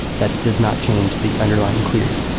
that does not change the underlying query.